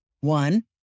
one